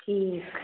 ठीक